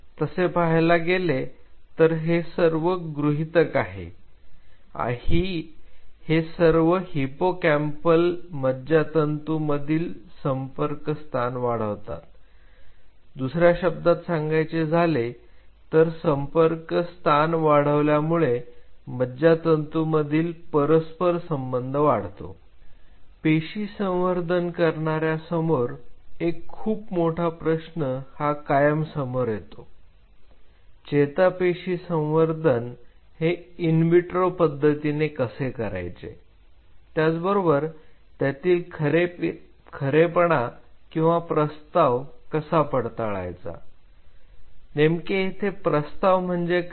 तसे पाहायला गेले तर हे सर्व गृहीतक आहे हे सर्व हिप्पोकँपाल मज्जातंतू मधील संपर्क स्थान वाढतात दुसऱ्या शब्दात सांगायचे झाले तर संपर्क स्थान वाढल्यामुळे मज्जातंतू मधील परस्पर संबंध वाढतो पेशी संवर्धन करणाऱ्या समोर एक खूप मोठा प्रश्न हा कायम समोर येतो चेतापेशी संवर्धन हे इनविट्रो पद्धतीने कसे करायचे त्याचबरोबर त्यातील खरेपणा किंवा प्रस्ताव कसा पडताळायचा नेमके येथे प्रस्ताव म्हणजे काय